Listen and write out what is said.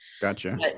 gotcha